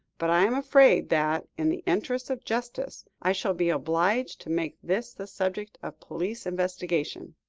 but i am afraid that, in the interests of justice, i shall be obliged to make this the subject of police investigation.